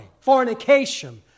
Fornication